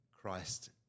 Christ